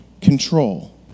control